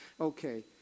okay